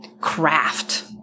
craft